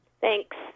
Thanks